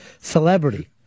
celebrity